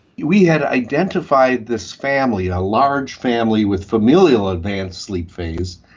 we had identified this family, a large family with familial advanced sleep phase,